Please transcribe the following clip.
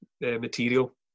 material